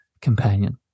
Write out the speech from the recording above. companion